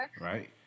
Right